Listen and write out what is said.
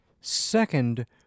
Second